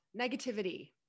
negativity